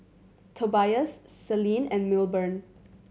Tobias Selene and Milburn